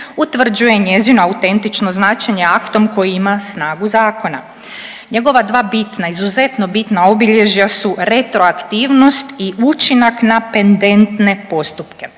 utvrđuje njezino autentično značenje aktom koji ima snagu zakona. Njegova dva bitna, izuzetno bitna obilježja su retroaktivnost i učinak na pendentne postupke.